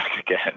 again